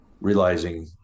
realizing